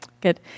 good